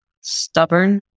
stubborn